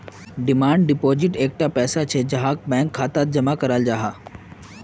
demand deposit एक पैसा छे जहाक बैंक खातात जमा कराल जाहा